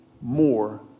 more